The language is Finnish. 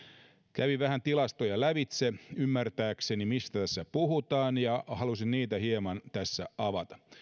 kävin vähän tilastoja lävitse ymmärtääkseni mistä tässä puhutaan ja haluaisin niitä hieman tässä avata